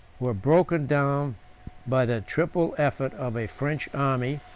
were broken down by the triple effort of a french army,